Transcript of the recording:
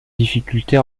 difficultés